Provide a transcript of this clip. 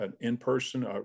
in-person